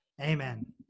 Amen